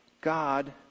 God